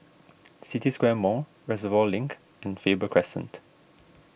City Square Mall Reservoir Link and Faber Crescent